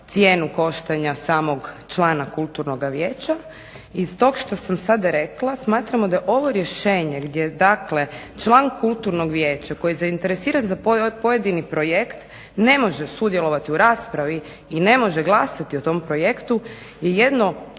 koštanja samog člana kulturnoga vijeća i iz tog što sam sad rekla smatramo da je ovo rješenje gdje je dakle član kulturnog vijeća koji je zainteresiran za pojedini projekt ne može sudjelovati u raspravi i ne može glasati o tom projektu je jedno